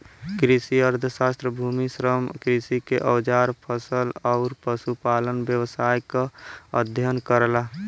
कृषि अर्थशास्त्र भूमि, श्रम, कृषि के औजार फसल आउर पशुपालन व्यवसाय क अध्ययन करला